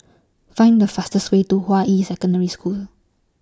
Find The fastest Way to Hua Yi Secondary School